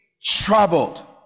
troubled